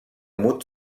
mut